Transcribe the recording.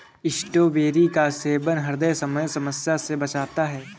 strawberry का सेवन ह्रदय संबंधी समस्या से बचाता है